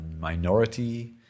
minority